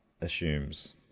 assumes